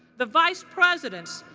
the vice presidents,